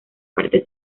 parte